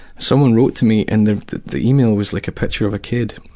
someone wrote to me, and the the email was like a picture of a kid.